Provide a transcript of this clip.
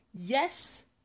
Yes